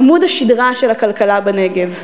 עמוד השדרה של הכלכלה בנגב.